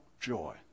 joy